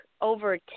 over